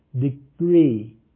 degree